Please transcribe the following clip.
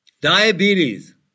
Diabetes